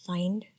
Find